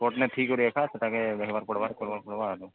ଠିକ୍ରେ ଏକା ସେଟାକେ ଦେଖବାର୍ ପଡ଼୍ବା କରବାର୍ ପଡ଼୍ବା